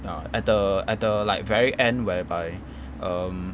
ya at the at the very end whereby um